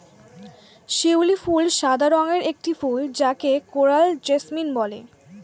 শিউলি ফুল সাদা রঙের একটি ফুল যাকে কোরাল জেসমিন বলে